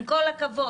עם כל הכבוד.